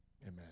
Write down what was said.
Amen